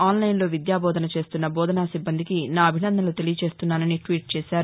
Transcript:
ఆన్లైన్లో విద్యాబోధన చేస్తున్న బోధనా సిబ్బందికి నా అభినందనలు తెలియజేస్తున్నానని ట్వీట్చేశారు